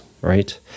right